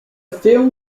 film